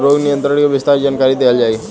रोग नियंत्रण के विस्तार जानकरी देल जाई?